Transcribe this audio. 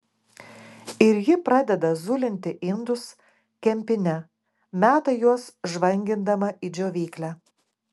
ir ji pradeda zulinti indus kempine meta juos žvangindama į džiovyklę